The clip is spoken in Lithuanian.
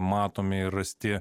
matomi ir rasti